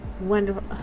Wonderful